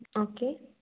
okay